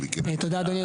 תודה אדוני יושב הראש.